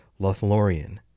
Lothlorien